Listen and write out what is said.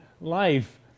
life